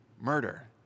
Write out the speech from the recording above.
murder